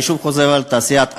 אני חוזר לתעשיית ההיי-טק,